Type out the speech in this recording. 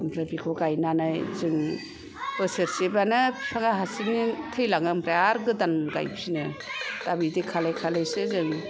ओमफ्राय बिखौ गायनानै जोंनि बोसोरसेबानो फिफाङा हारसिं थैलाङो ओमफ्राय आर गोदान गायफिनो दा बिदि खालाय खालायसो जों